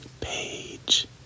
Page